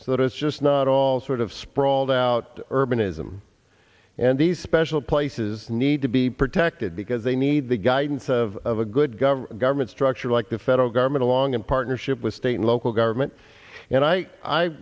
so that it's just not all sort of sprawled out urban ism and these special places need to be protected because they need the guidance of a good governor government structure like the federal government along in partnership with state and local government and i